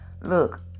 Look